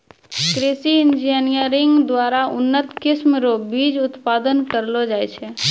कृषि इंजीनियरिंग द्वारा उन्नत किस्म रो बीज उत्पादन करलो जाय छै